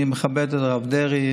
אני מכבד את הרב דרעי.